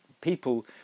people